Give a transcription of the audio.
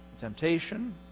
Temptation